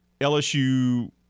LSU